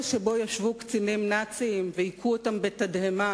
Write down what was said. שבו ישבו קצינים נאצים והכו אותם בתדהמה,